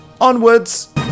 Onwards